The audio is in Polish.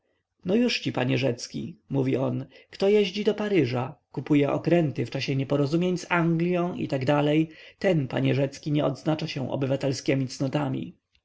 no jużci panie rzecki mówi on kto jeździ do paryża kupuje okręty w czasie nieporozumień z anglią i tak dalej ten panie rzecki nie odznacza się obywatelskiemi cnotami